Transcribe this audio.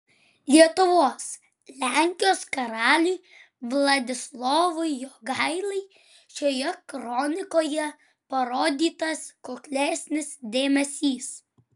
lietuvos lenkijos karaliui vladislovui jogailai šioje kronikoje parodytas kuklesnis dėmesys